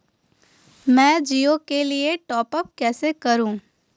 मैं जिओ के लिए टॉप अप कैसे करूँ?